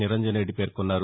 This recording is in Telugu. నిరంజన్రెడ్డి పేర్కొన్నారు